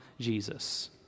Jesus